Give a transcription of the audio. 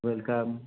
welcome